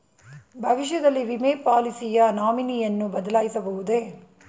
ಭವಿಷ್ಯದಲ್ಲಿ ವಿಮೆ ಪಾಲಿಸಿಯ ನಾಮಿನಿಯನ್ನು ಬದಲಾಯಿಸಬಹುದೇ?